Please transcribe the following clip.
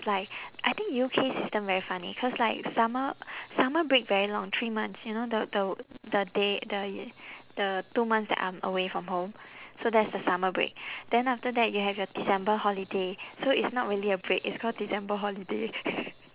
like I think U_K system very funny cause like summer summer break very long three months you know the the the day the y~ the two months that I'm away from home so that's the summer break then after that you have your december holiday so it's not really a break it's called december holiday